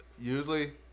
usually